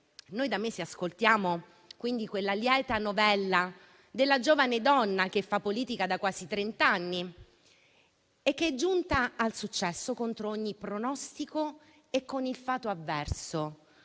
Da mesi ascoltiamo quindi quella lieta novella della giovane donna che fa politica da quasi trent'anni e che è giunta al successo contro ogni pronostico e con il fato avverso.